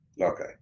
Okay